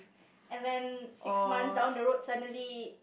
and then six months down the road suddenly